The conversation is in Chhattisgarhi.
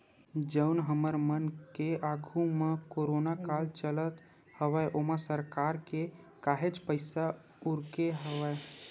जउन हमर मन के आघू म कोरोना काल चलत हवय ओमा सरकार के काहेच पइसा उरके हवय